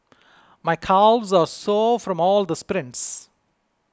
my calves are sore from all of the sprints